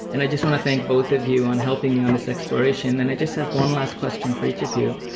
and i just wanna thank both of you on helping me on this exploration. and i just have one last question for each of you.